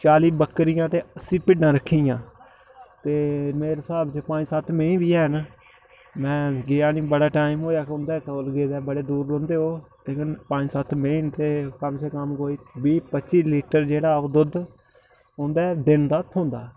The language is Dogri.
चाली बक्करियां ते अस्सी भिड्डां रक्खी दियां ते मेरे स्हाब च पंज सत्त मेंही बी हैन मैं गेआ नी बड़ा टाइम होएया कि उं'दे कोल गेदे बड़े दूर रौंह्दे ओह् लेकिन पंज सत्त मेंही ते कम से कम कोई बीह् पच्ची लीटर जेह्ड़ा ओह् दुद्ध उं'दे दिन दा थ्होंदा